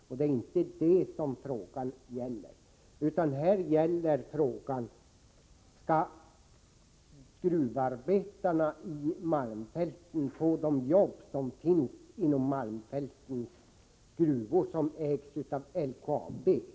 Och det är inte det som frågan gäller, utan här gäller frågan: Skall gruvarbetarna i malmfälten få de jobb som finns inom malmfältens gruvor, som ägs av LKAB?